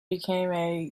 became